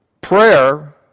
prayer